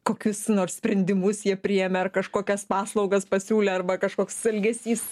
kokius nors sprendimus jie priėmė ar kažkokias paslaugas pasiūlė arba kažkoks elgesys